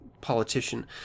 politician